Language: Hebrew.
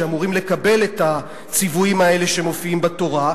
שאמורים לקבל את הציוויים האלה שמופיעים בתורה,